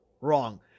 Wrong